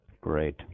Great